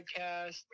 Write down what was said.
podcast